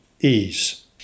ease